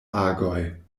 agoj